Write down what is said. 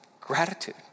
gratitude